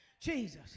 Jesus